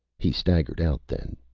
he staggered out, then.